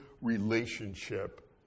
relationship